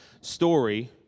story